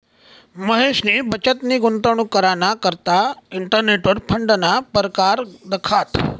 महेशनी बचतनी गुंतवणूक कराना करता इंटरनेटवर फंडना परकार दखात